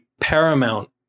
Paramount